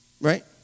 Right